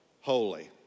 holy